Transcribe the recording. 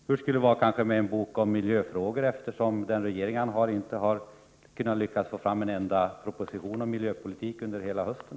Hur skulle det vara med en bok om miljöfrågor, eftersom Arne Gadds kamrater i regeringen inte har lyckats få fram en enda proposition om miljöpolitik under hela hösten?